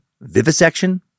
vivisection